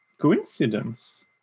coincidence